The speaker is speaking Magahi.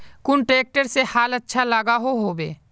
कुन ट्रैक्टर से हाल अच्छा लागोहो होबे?